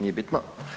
Nije bitno.